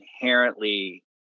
inherently